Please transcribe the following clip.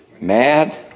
mad